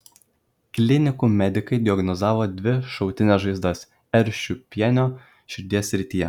klinikų medikai diagnozavo dvi šautines žaizdas r šiupienio širdies srityje